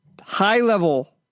high-level